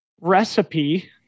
recipe